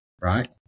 Right